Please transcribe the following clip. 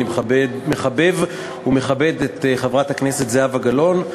אני מחבב ומכבד את חברת הכנסת זהבה גלאון.